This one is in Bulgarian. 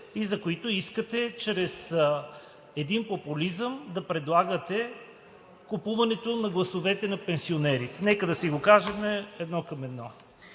и за които искате чрез един популизъм да предлагате купуването на гласовете на пенсионерите. Нека да си го кажем едно към едно.